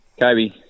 Kobe